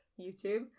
YouTube